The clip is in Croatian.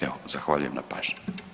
Evo zahvaljujem na pažnji.